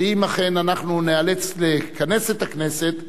אם אכן אנחנו ניאלץ לכנס את הכנסת.